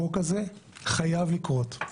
החוק הזה חייב לקרות.